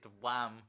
wham